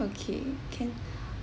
okay can